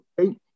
okay